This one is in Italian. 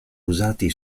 usati